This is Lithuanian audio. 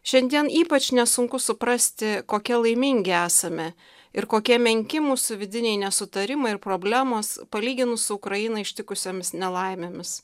šiandien ypač nesunku suprasti kokie laimingi esame ir kokie menki mūsų vidiniai nesutarimai ir problemos palyginus su ukrainai ištikusiomis nelaimėmis